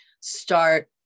start